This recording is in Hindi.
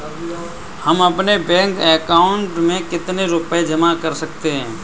हम अपने बैंक अकाउंट में कितने रुपये जमा कर सकते हैं?